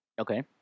Okay